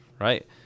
right